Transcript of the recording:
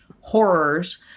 horrors